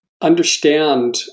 understand